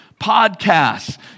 podcasts